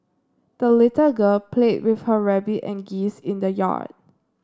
the little girl played with her rabbit and geese in the yard